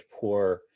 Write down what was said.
poor